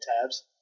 tabs